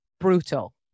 brutal